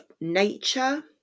nature